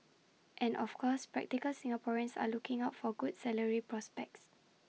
and of course practical Singaporeans are looking out for good salary prospects